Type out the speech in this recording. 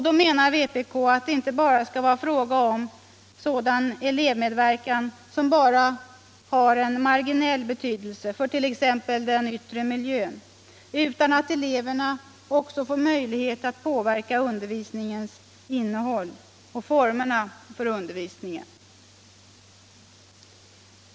Då menar vpk att det inte bara skall vara fråga om sådan elevmedverkan som bara har en marginell betydelse, för t.ex. den yttre miljön, utan att eleverna också får möjlighet att påverka undervisningens innehåll och formerna för undervisningen.